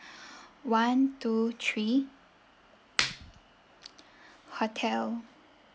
one two three hotel